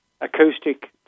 acoustic